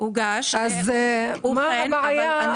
אז מה הבעיה?